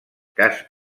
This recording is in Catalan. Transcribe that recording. cas